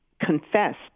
confessed